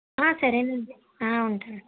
సరేనండి ఉంటానండి